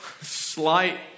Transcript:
Slight